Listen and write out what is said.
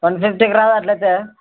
one ఫిఫ్టీకి రాదా అట్లయితే